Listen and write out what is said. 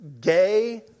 gay